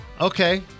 Okay